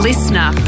Listener